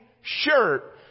shirt